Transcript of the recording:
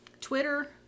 Twitter